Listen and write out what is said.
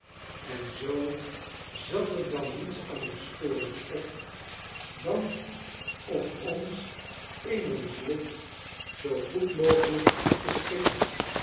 en zoo zat er dan niets anders voor ons op dan om ons in ons lot zoo goed mogelijk te schikken